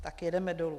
Tak jedeme dolů.